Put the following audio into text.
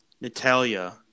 Natalia